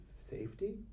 safety